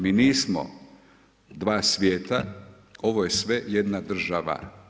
Mi nismo dva svijeta, ovo je sve jedna država.